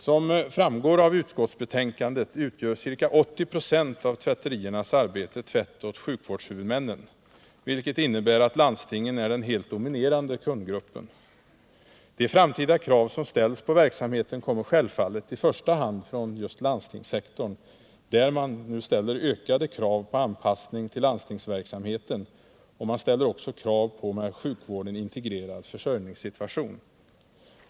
Som framgår av utskottsbetänkandet utgör ca 80 26 av tvätteriernas arbete tvätt åt sjukvårdshuvudmännen, vilket innebär att landstingen är den helt dominerande kundgruppen. De framtida krav som ställs på verksamheten kommer självfallet i första hand från just landstingssektorn, där man ställer ökade krav på anpassning till landstingsverksamheten och med sjukvården integrerad försörjningssituation.